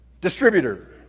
Distributor